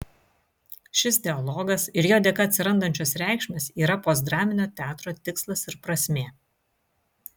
šis dialogas ir jo dėka atsirandančios reikšmės yra postdraminio teatro tikslas ir prasmė